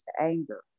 anger